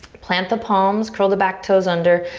plant the palms, curl the back toes under.